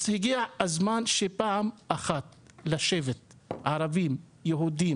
הגיע הזמן שפעם אחת לשבת ערבים יהודית